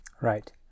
Right